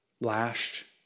lashed